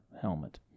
helmet